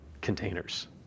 containers